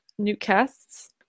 Newcasts